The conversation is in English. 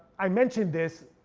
i mentioned this.